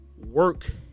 work